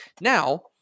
Now